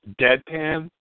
deadpan